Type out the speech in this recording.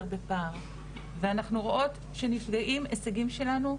בפער ואנחנו רואות שנפגעים הישגים שלנו,